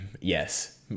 yes